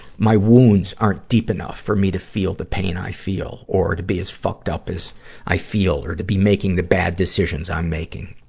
my wounds aren't deep enough for me to feel the pain i feel, or to be as fucked up as i feel, or to be making the bad decisions i'm making.